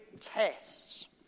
tests